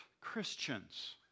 Christians